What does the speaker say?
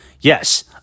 Yes